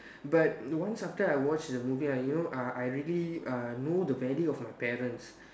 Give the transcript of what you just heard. but once after I watched the movie uh you know uh I really uh know the value of my parents